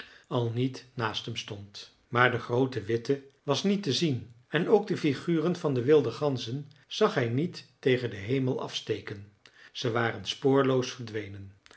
al niet naast hem stond maar de groote witte was niet te zien en ook de figuren van de wilde ganzen zag hij niet tegen den hemel afsteken ze waren spoorloos verdwenen